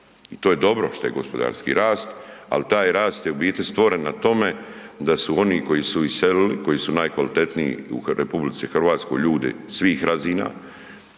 I to je dobro što je gospodarski rast, al taj rast je u biti stvoren na tome da su oni koji su iselili, koji su najkvalitetniji u RH ljudi svih razina